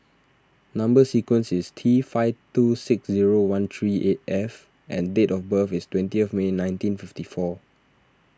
Number Sequence is T five two six zero one three eight F and date of birth is twenty May nineteen fifty four